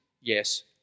yes